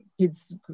kids